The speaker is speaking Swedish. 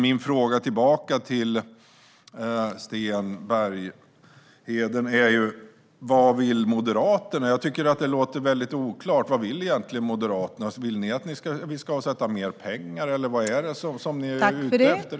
Min fråga tillbaka till Sten Bergheden är: Vad vill Moderaterna? Jag tycker att det är väldigt oklart vad Moderaterna egentligen vill. Vill ni att vi ska avsätta mer pengar, eller vad är ni ute efter?